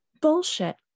bullshit